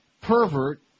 pervert